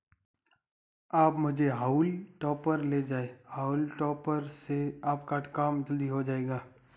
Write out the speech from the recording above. आप मुझसे हॉउल टॉपर ले जाएं हाउल टॉपर से आपका काम जल्दी हो जाएगा